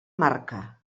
marca